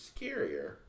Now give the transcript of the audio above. scarier